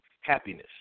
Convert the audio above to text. happiness